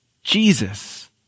Jesus